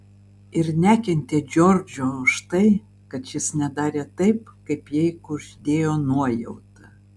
ir nekentė džordžo už tai kad šis nedarė taip kaip jai kuždėjo nuojauta